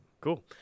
Cool